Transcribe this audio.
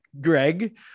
Greg